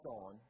on